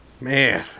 man